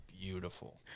beautiful